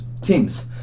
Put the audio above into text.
teams